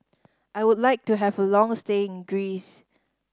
I would like to have a long stay in Greece